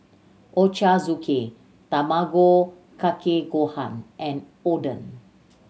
Ochazuke Tamago Kake Gohan and Oden